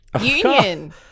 Union